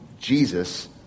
Jesus